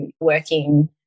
working